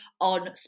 on